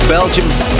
Belgium's